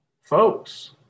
Folks